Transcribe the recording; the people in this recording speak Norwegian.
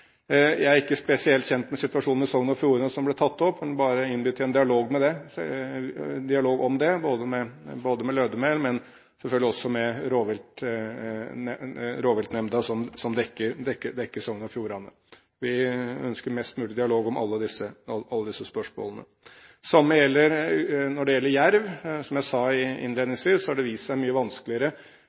Jeg er ikke spesielt kjent med situasjonen i Sogn og Fjordane som ble tatt opp. Jeg vil bare innby til en dialog om det, både med Lødemel og selvfølgelig også med den rovviltnemnda som dekker Sogn og Fjordane. Vi ønsker mest mulig dialog om alle disse spørsmålene. Det samme gjelder for jerv. Som jeg sa innledningsvis, har det vist seg å være mye vanskeligere